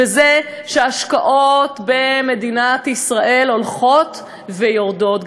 וזה שההשקעות במדינת ישראל הולכות ויורדות.